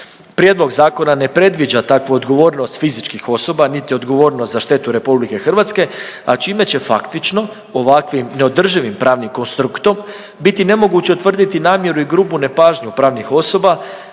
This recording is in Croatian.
Prijedlog zakona ne predviđa takvu odgovornost fizičkih osoba, niti odgovornost za štetu RH, a čime će faktično ovakvim neodrživim pravnim konstruktom biti nemoguće utvrditi namjeru i grubu nepažnju pravnih osoba